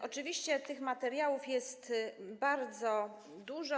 Oczywiście tych materiałów jest bardzo dużo.